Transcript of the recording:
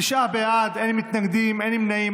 תשעה בעד, אין מתנגדים, אין נמנעים.